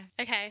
Okay